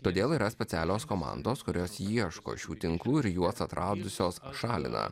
todėl yra specialios komandos kurios ieško šių tinklų ir juos atradusios šalina